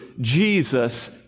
Jesus